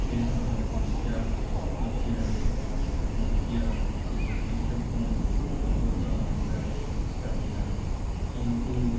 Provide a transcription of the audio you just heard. ସେ ସମୟ ଦୁଇହଜାର ମସିହାରେ ନୋକିଆ ଏ କି ପ୍ୟାଡ଼୍ ଫୋନ୍ ବହୁତ ମାତ୍ରାରେ ଶସ୍ତା ଥିଲା କିନ୍ତୁ